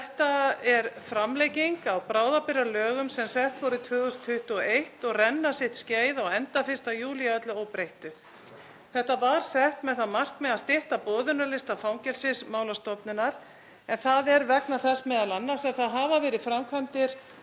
þetta er framlenging á bráðabirgðalögum sem sett voru 2021 og renna sitt skeið á enda 1. júlí að öllu óbreyttu. Þau voru sett með það að markmiði að stytta boðunarlista Fangelsismálastofnunar en það er vegna þess m.a. að það hafa verið framkvæmdir